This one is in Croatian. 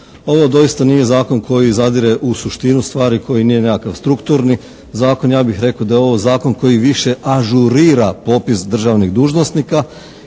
Ovo doista nije zakon koji zadire u suštinu stvari, koji nije nekakav strukturni zakon. Ja bih rekao da je ovo zakon koji više ažurira popis državnih dužnosnika.